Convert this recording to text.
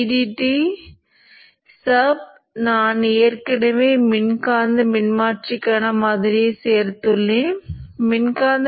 Vin Lm விகிதம் நிலையானது காந்தமாக்கும் மின்னோட்டம் இதுபோல் நேர்கோட்டில் உயர்கிறது